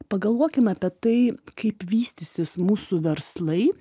pagalvokim apie tai kaip vystysis mūsų verslai